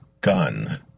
gun